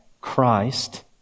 Christ